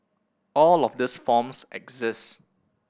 all of these forms exist